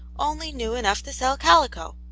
only knew enough to sell calico,